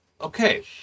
Okay